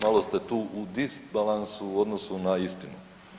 Malo ste tu u disbalansu u odnosu na istinu.